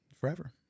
forever